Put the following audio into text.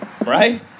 Right